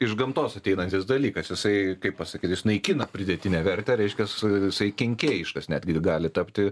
iš gamtos ateinantis dalykas jisai kaip pasakyt jis naikina pridėtinę vertę reiškias jisai kenkėjiškas netgi gali tapti